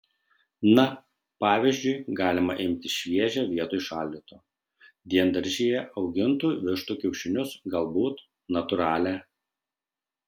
na pavyzdžiui galima imti šviežią vietoj šaldyto diendaržyje augintų vištų kiaušinius galbūt natūralią